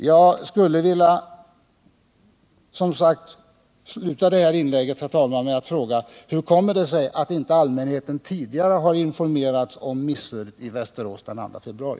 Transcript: Jag vill, herr talman, sluta detta inlägg med att fråga: Hur kommer det sig att allmänheten inte tidigare har informerats om missödet i Västerås den 2 februari?